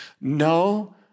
no